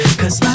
Cause